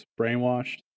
brainwashed